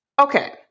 Okay